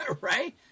right